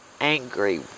angry